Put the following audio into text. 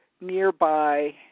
nearby